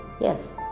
Yes